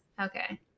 Okay